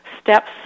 steps